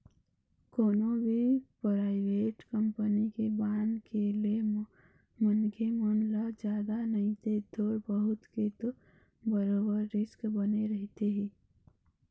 कोनो भी private company के बांड के ले म मनखे मन ल जादा नइते थोर बहुत के तो बरोबर रिस्क बने रहिथे ही